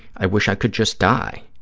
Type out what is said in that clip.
i wish i could just die,